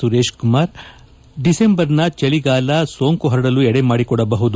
ಸುರೇಶ್ ಕುಮಾರ್ ಡಿಸೆಂಬರ್ನ ಚಳಿಗಾಲ ಸೋಂಕು ಹರಡಲು ಎಡೆ ಮಾಡಿಕೊಡಬಹುದು